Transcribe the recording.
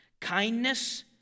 kindness